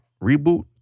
reboot